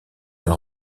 elle